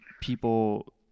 people